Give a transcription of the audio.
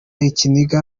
ikiniga